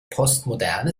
postmoderne